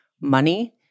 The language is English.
money